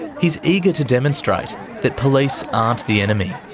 he's eager to demonstrate that police aren't the enemy.